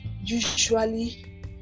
usually